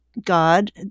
god